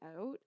out